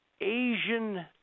Asian